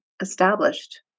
established